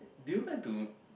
do you like to